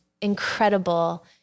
incredible